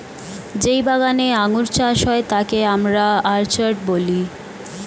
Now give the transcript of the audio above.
যেই বাগানে আঙ্গুর চাষ হয় তাকে আমরা অর্চার্ড বলি